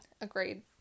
Agreed